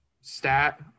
stat